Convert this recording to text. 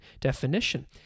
definition